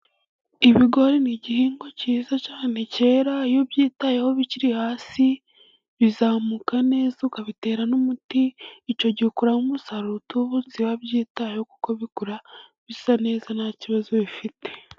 Ibigori ni igihingwa cyiza cyane cyera. Iyo ubyitayeho bikiri hasi, bizamuka neza ukabitera n'umuti, icyo gihe ukuramo umusaruro utubutse wabyitayeho, kuko bikura bisa neza nta kibazo bifite.